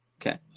Okay